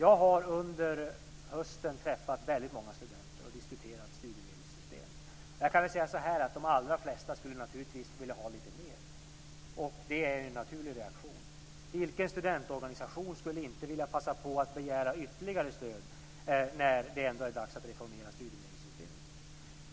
Jag har under hösten träffat väldigt många studenter och diskuterat studiemedelssystem. Det är en naturlig reaktion. Vilken studentorganisation skulle inte passa på att begära ytterligare stöd när det ändå är dags att reformera studiemedelssystemet?